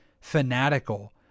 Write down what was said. fanatical